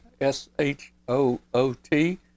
S-H-O-O-T